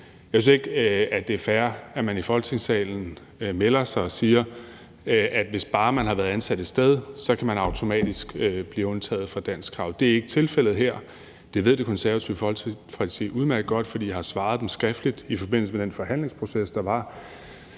Jeg synes ikke, det er fair, at man i Folketingssalen melder sig som ordfører og siger, at hvis bare man har været ansat et sted, kan man automatisk blive undtaget fra danskkravet. Det er ikke tilfældet her. Det ved Det Konservative Folkeparti udmærket godt, for jeg har svaret dem skriftligt i forbindelse med den forhandlingsproces, der var.